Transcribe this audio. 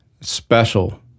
special